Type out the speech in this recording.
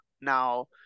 Now